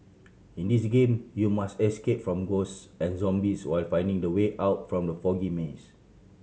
in this game you must escape from ghosts and zombies while finding the way out from the foggy maze